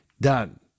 done